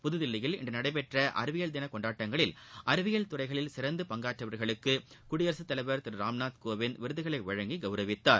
புதுதில்லியில் இன்று நடைபெற்ற அறிவியல் தின கொண்டாட்டங்களில் சிறந்து பங்காற்றியவா்களுக்கு குடியரசுத் தலைவா் திரு ராம்நாத் கோவிந்த் விருதுகளை வழங்கி கௌரவித்தார்